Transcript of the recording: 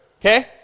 okay